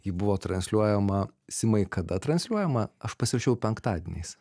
ji buvo transliuojama simai kada transliuojama aš pasirašiau penktadieniais